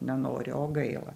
nenori o gaila